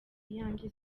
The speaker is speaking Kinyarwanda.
iyanjye